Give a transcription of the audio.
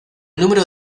número